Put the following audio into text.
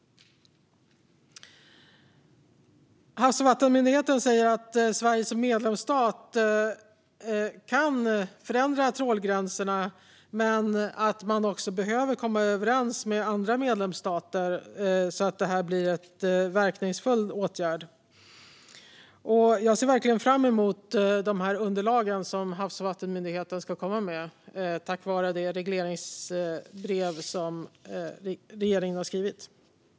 Havs och vattenmyndigheten säger att Sverige som medlemsstat kan förändra trålgränserna men att vi också behöver komma överens med andra medlemsstater så att det blir en verkningsfull åtgärd. Jag ser verkligen fram emot de underlag som Havs och vattenmyndigheten ska komma med tack vare det regleringsbrev som regeringen har skrivit.